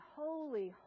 holy